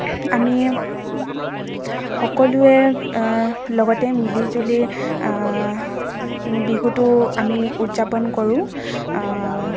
আমি সকলোৱে লগতে মিলি জুলি বিহুটো আমি উদযাপন কৰোঁ